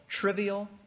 trivial